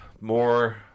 more